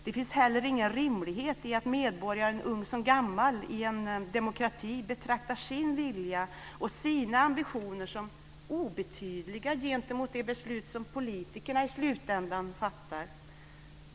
Det finns inte heller någon rimlighet i att medborgaren - ung som gammal - i en demokrati betraktar sin vilja och sina ambitioner som obetydliga gentemot de beslut som politikerna i slutändan fattar.